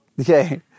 Okay